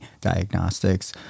diagnostics